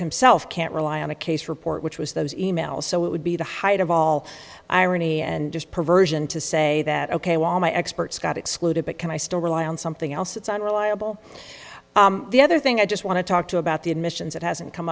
himself can't rely on a case report which was those e mails so it would be the height of all irony and just perversion to say that ok well my experts got excluded but can i still rely on something else that's unreliable the other thing i just want to talk to about the admissions that hasn't come